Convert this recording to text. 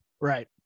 Right